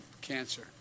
cancer